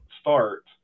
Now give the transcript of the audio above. start